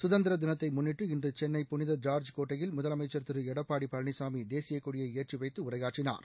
கதந்திர தினத்தை முன்னிட்டு இன்று சென்னை புளித ஜார்ஜ் கோட்டையில் முதலமைச்சா் திரு எடப்பாடி பழனிசாமி தேசியக்கொடியை ஏற்றிவைத்து உரையாற்றினார்